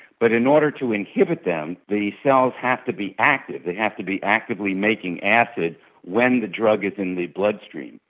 but in order to inhibit them, the cells have to be active, they have to be actively making acid when the drug is in the bloodstream.